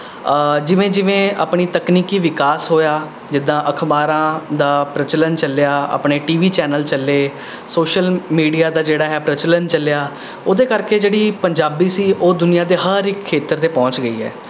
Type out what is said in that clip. ਜਿਵੇਂ ਜਿਵੇਂ ਆਪਣੀ ਤਕਨੀਕੀ ਵਿਕਾਸ ਹੋਇਆ ਜਿੱਦਾਂ ਅਖਬਾਰਾਂ ਦਾ ਪ੍ਰਚਲਨ ਚੱਲਿਆ ਆਪਣੇ ਟੀ ਵੀ ਚੈਨਲ ਚੱਲੇ ਸੋਸ਼ਲ ਮੀਡੀਆ ਦਾ ਜਿਹੜਾ ਹੈ ਪ੍ਰਚਲਨ ਚੱਲਿਆ ਉਹਦੇ ਕਰਕੇ ਜਿਹੜੀ ਪੰਜਾਬੀ ਸੀ ਉਹ ਦੁਨੀਆਂ 'ਤੇ ਹਰ ਇੱਕ ਖੇਤਰ 'ਤੇ ਪਹੁੰਚ ਗਈ ਹੈ